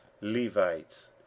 levites